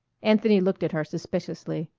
anthony looked at her suspiciously.